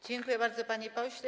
Dziękuję bardzo, panie pośle.